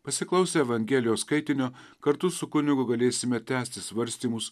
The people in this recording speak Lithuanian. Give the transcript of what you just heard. pasiklausę evangelijos skaitinio kartu su kunigu galėsime tęsti svarstymus